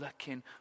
looking